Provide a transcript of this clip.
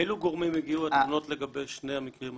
מאלו גורמים הגיעו התלונות לגבי שני הגורמים?